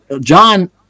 john